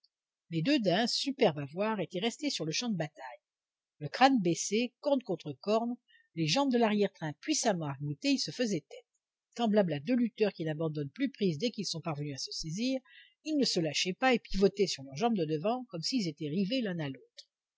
les rejoindre mais deux daims superbes à voir étaient restés sur le champ de bataille le crâne baissé cornes contre cornes les jambes de l'arrière-train puissamment arc boutées ils se faisaient tête semblables à deux lutteurs qui n'abandonnent plus prise dès qu'ils sont parvenus à se saisir ils ne se lâchaient pas et pivotaient sur leurs jambes de devant comme s'ils eussent été rivés l'un à l'autre